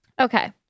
Okay